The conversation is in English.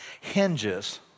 hinges